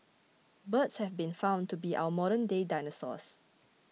birds have been found to be our modernday dinosaurs